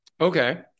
Okay